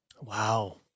Wow